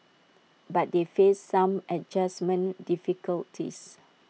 but they faced some adjustment difficulties